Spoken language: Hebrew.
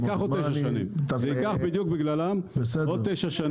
לכן בגללם זה ייקח עוד תשע שנים.